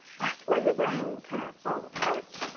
that's where your brain kind of falls apart.